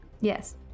Yes